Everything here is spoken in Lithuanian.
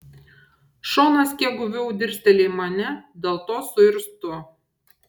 šonas kiek guviau dirsteli į mane dėl to suirztu